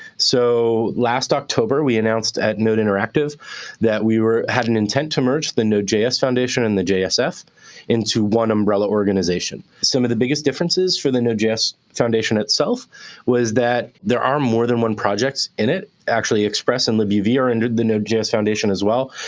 so last october, we announced at node interactive that we had an intent to merge the node js foundation and the jsf into one umbrella organization. some of the biggest differences for the node js foundation itself was that there are more than one projects in it. actually, express and libuv are under the node js foundation as well.